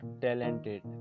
talented